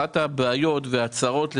אחת הבעיות והצרות היא,